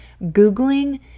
googling